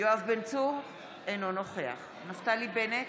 יואב בן צור, אינו נוכח נפתלי בנט,